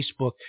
Facebook